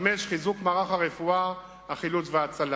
הדבר החמישי, חיזוק מערך הרפואה, החילוץ וההצלה.